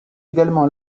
également